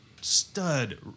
stud